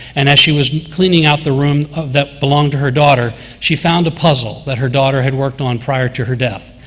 and as she was cleaning out the room that belonged to her daughter, she found a puzzle that her daughter had worked on prior to her death.